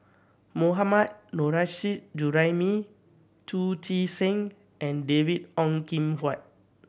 Mohammad Nurrasyid Juraimi Chu Chee Seng and David Ong Kim Huat